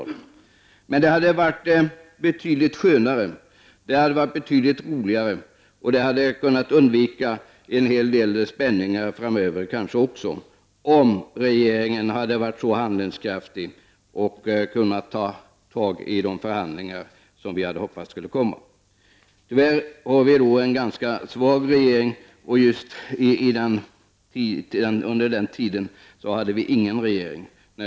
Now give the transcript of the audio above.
Det hade varit betydligt skönare och roligare, och en del spänningar hade kunnat undvikas framöver, om regeringen hade varit handlingskraftig och tagit upp de förhandlingar som vi hoppades skulle komma. Tyvärr har vi en svag regering, och under den perioden hade vi ingen regering.